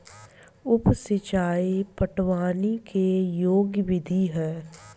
उप सिचाई पटवनी के एगो विधि ह